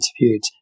interviewed